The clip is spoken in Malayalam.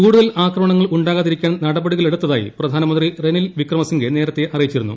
കൂടുതൽ ഉണ്ടാകാതിരിക്കാൻ നടപടികളെടുത്തായി പ്രധാനമന്ത്രി റെനിൽ വിക്രമസിംഗെ നേരത്തെ അറിയിച്ചിരുന്നു